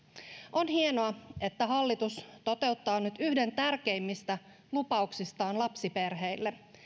on hienoa että hallitus toteuttaa nyt yhden tärkeimmistä lupauksistaan lapsiperheille